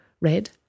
red